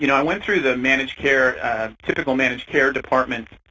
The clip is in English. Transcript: you know i went through the managed care typical managed care departments,